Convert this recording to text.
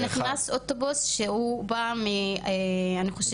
נכנס אוטובוס שהוא בא מדריג'את,